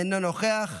אינו נוכח,